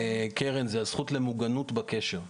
קרן, זו הזכות למוגנות בקשר.